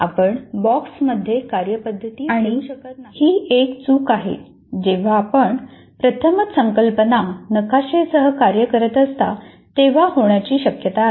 आपण बॉक्समध्ये कार्यपद्धती ठेवू शकत नाही आणि ही एक चूक आहे जेव्हा आपण प्रथमच संकल्पना नकाशेसह कार्य करत असता तेव्हा होण्याची शक्यता असते